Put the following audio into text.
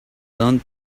learned